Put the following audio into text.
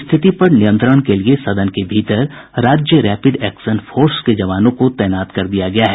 स्थिति पर नियंत्रण करने के लिए सदन के भीतर राज्य रैपिड एक्शन फोर्स के जवानों को तैनात कर दिया गया है